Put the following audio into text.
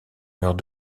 meurent